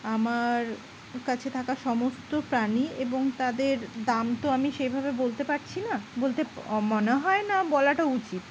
আমার কাছে থাকা সমস্ত প্রাণী এবং তাদের দাম তো আমি সেইভাবে বলতে পারছি না বলতে মনে হয় না বলাটা উচিত